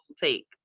take